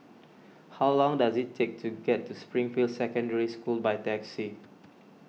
how long does it take to get to Springfield Secondary School by taxi